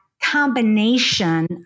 combination